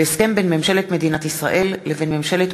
הסכם בין ממשלת מדינת ישראל לבין ממשלת